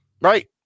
Right